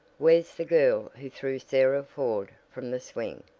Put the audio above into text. where's the girl who threw sarah ford from the swing,